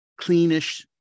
cleanish